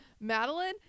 Madeline